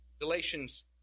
Galatians